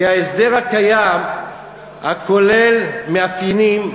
כי ההסדר הקיים הכולל מאפיינים,